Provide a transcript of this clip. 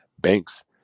banks